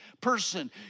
person